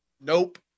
nope